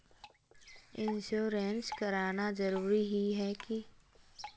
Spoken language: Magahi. इंश्योरेंस कराना जरूरी ही है की?